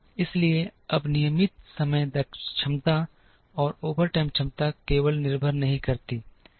इसलिए अब नियमित समय क्षमता और ओवरटाइम क्षमता केवल निर्भर नहीं करती है